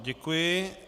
Děkuji.